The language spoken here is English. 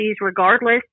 regardless